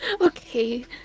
Okay